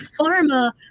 Pharma